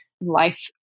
life